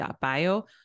bio